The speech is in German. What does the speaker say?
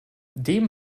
dem